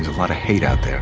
want to hate out there.